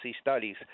Studies